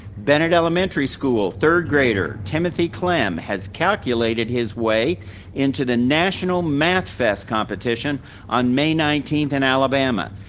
bennett elementary school third grader, timothy clam has calculated his way into the national math fest competition on may nineteenth in alabama.